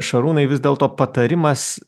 šarūnai vis dėlto patarimas